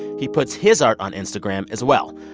he puts his art on instagram as well,